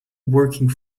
working